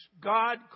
God